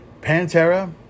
Pantera